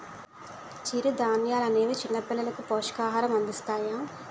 చిరుధాన్యాలనేవి చిన్నపిల్లలకు పోషకాహారం అందిస్తాయి